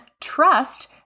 trust